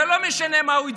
וזה לא משנה מה הוא הצביע,